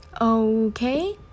Okay